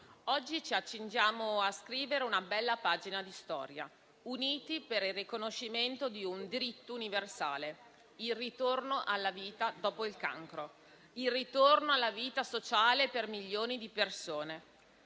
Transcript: oggi ci accingiamo a scrivere una bella pagina di storia, uniti per il riconoscimento di un diritto universale: il ritorno alla vita dopo il cancro, il ritorno alla vita sociale per milioni di persone.